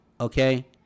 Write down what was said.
Okay